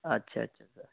اچھا اچھا سر